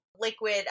liquid